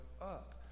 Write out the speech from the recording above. up